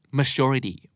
maturity